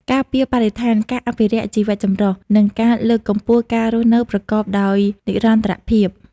ការពារបរិស្ថាន ការអភិរក្សជីវចម្រុះ និងការលើកកម្ពស់ការរស់នៅប្រកបដោយនិរន្តរភាព។